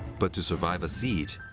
but to survive a siege,